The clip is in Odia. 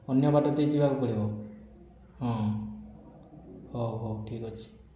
ଅନ୍ୟ ବାଟ ଦେଇ ଯିବାକୁ ପଡ଼ିବ ହଁ ହେଉ ହେଉ ଠିକ୍ ଅଛି